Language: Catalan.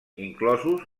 inclosos